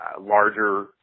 Larger